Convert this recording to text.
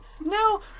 no